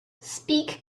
speak